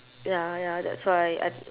ya ya that's why I